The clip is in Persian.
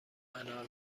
انار